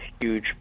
huge